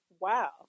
wow